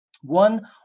one